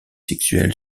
sexuel